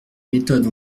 méthode